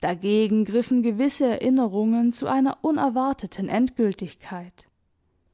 dagegen griffen gewisse erinnerungen zu einer unerwarteten endgültigkeit